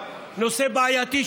נושא בעייתי,